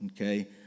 okay